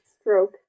stroke